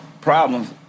problems